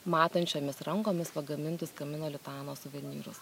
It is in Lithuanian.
matančiomis rankomis pagamintus kamino lituano suvenyrus